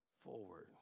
Forward